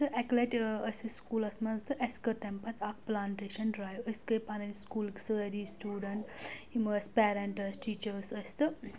تہٕ اَکہِ لَٹہِ ٲسۍ أسۍ سکوٗلَس منٛز تہٕ اَسہِ کٔر تَمہِ پَتہٕ اکھ پلانٛٹَیشَن ڈرٛایِو أسۍ گَۍ پَنٕنۍ سکوٗلٕکۍ سٲری سٹوٗڈَنٛٹ یِم ٲسۍ پَیرَنٛٹ ٲسۍ ٹیٖچٲرٕس ٲسۍ تہٕ